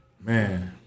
man